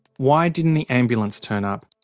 why didn't the ambulance turn up?